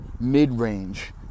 mid-range